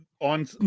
On